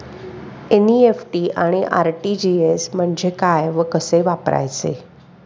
NEFT आणि RTGS म्हणजे काय व कसे वापरायचे?